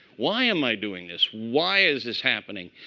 why am i doing this? why is this happening?